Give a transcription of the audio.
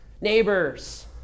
neighbors